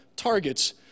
targets